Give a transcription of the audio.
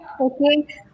Okay